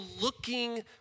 looking